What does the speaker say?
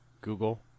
Google